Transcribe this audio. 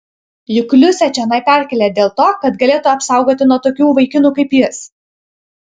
juk liusę čionai perkėlė dėl to kad galėtų apsaugoti nuo tokių vaikinų kaip jis